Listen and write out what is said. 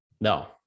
no